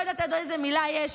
לא יודעת עוד איזו מילה יש,